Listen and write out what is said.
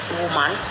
woman